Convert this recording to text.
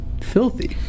filthy